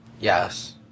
Yes